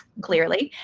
clearly.